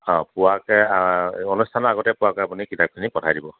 অঁ পোৱাকৈ অনুষ্ঠানৰ আগতে পোৱাকৈ আপুনি কিতাপখিনি পঠাই দিব